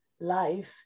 life